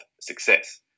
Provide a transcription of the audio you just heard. success